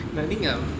I think um